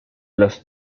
los